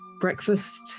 breakfast